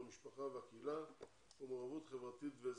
המשפחה והקהילה ומעורבות חברתית ואזרחית.